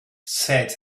said